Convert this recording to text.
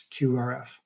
QRF